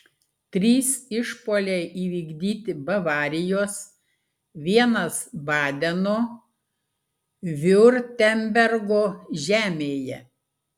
trys išpuoliai įvykdyti bavarijos vienas badeno viurtembergo žemėje